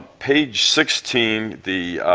page sixteen, the